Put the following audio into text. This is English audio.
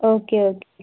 okay okay